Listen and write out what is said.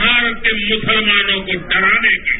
भारत के मुसलमानों को डराने के लिए